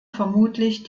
vermutlich